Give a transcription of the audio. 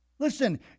Listen